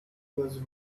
was